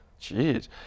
Jeez